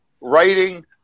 writing